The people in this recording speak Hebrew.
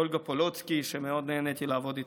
אולגה פולוצקי, שמאוד נהניתי לעבוד איתה,